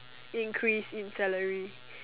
increase in salary